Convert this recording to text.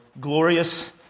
glorious